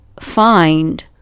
find